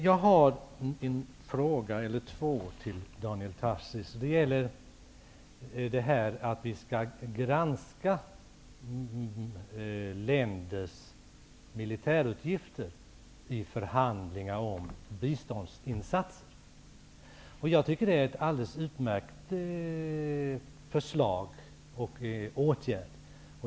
Jag har två frågor till Daniel Tarschys. De gäller detta att vi skall granska länders militärutgifter vid förhandlingar om biståndsinsatser. Jag tycker att det är ett alldeles utmärkt förslag.